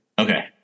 Okay